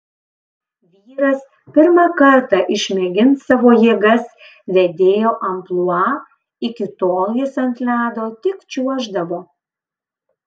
vyras pirmą kartą išmėgins savo jėgas vedėjo amplua iki tol jis ant ledo tik čiuoždavo